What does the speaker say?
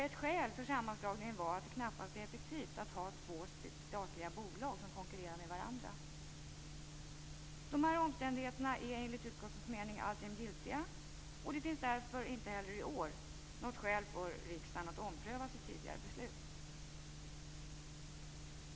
Ett skäl för sammanslagningen var att det knappast är effektivt att ha två statliga bolag som konkurrerar med varandra. De här omständigheterna är enligt utskottets mening alltjämt giltiga. Det finns därför inte heller i år något skäl för riksdagen att ompröva sitt tidigare beslut.